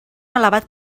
elevat